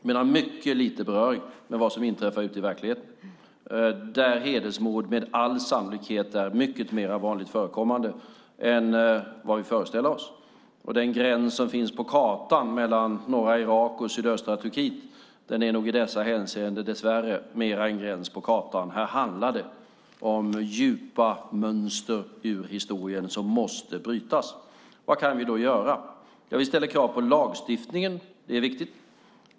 Men den har mycket lite beröring med vad som inträffar ute i verkligheten, där hedersmord med all sannolikhet är mycket mer vanligt förekommande än vad vi föreställer oss. Den gräns som finns på kartan mellan norra Irak och sydöstra Turkiet är nog i dessa hänseenden dess värre mera en gräns på kartan. Det handlar om djupa mönster ur historien som måste brytas. Vad kan vi då göra? Vi ställer krav på lagstiftningen. Det är viktigt.